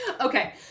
Okay